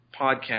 podcast